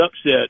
upset